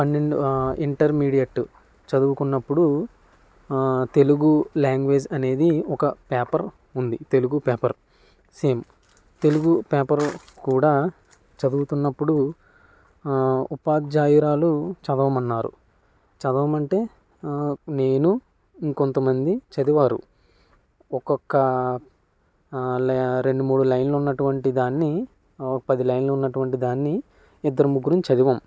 పన్నెండు ఇంటర్మీడియట్ చదువుకున్నప్పుడు తెలుగు లాంగ్వేజ్ అనేది ఒక పేపర్ ఉంది Telugu paper same Telugu paper కూడా చదువుతున్నప్పుడు ఉపాధ్యాయురాలు చదవమన్నారు చదవమంటే నేను ఇంకొంతమంది చదివారు ఒక్కొక్క రెండు మూడు లైన్లు ఉన్నటువంటి దాన్ని పది లైన్లు ఉన్నటువంటి దాన్ని ఇద్దరు ముగ్గురు చదివాము